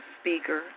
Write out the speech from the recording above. speaker